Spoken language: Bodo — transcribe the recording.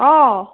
अ